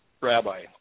rabbi